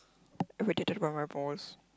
irritated about my voice